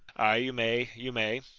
ay, you may, you may.